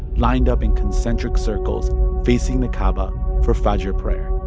lined up in concentric circles facing the kaaba for fajr prayer